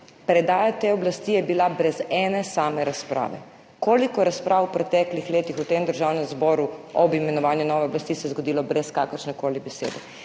Predaja te oblasti je bila brez ene same razprave. Koliko razprav v preteklih letih v Državnem zboru ob imenovanju nove oblasti se je zgodilo brez kakršnekoli besede?